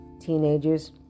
teenagers